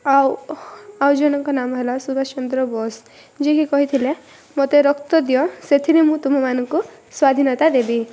ଆଉ ଆଉ ଜଣଙ୍କ ନାମ ହେଲା ସୁଭାଷ ଚନ୍ଦ୍ର ବୋଷ ଯିଏ କି କହିଥିଲେ ମୋତେ ରକ୍ତ ଦିଅ ସେଥିରେ ମୁଁ ତୁମମାନଙ୍କୁ ସ୍ୱାଧୀନତା ଦେବି